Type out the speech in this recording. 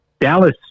Dallas